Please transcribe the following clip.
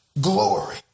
glory